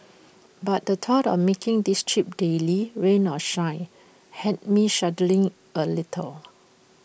but the thought of making this trip daily rain or shine had me shuddering A little